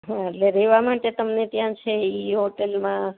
હાં એટલે રેવા માટે તમને ત્યાં છે ઈ હોટલમાં